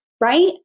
right